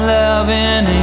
loving